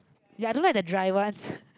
ya I don't like the dry one